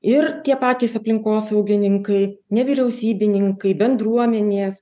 ir tie patys aplinkosaugininkai nevyriausybininkai bendruomenės